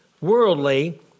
Worldly